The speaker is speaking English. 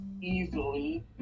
easily